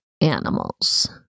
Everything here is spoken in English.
animals